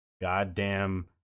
goddamn